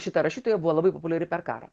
šita rašytoja buvo labai populiari per karą